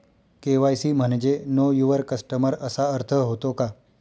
KYC म्हणजे know your customer असा अर्थ होतो का?